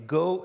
go